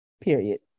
period